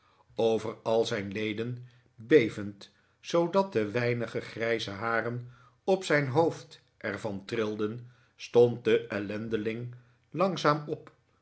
over al zijn leden bevend zoodat de weinige grijze haren op zijn hoofd er van trilden stond de ellendeling langzaam op